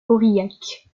aurillac